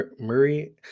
Murray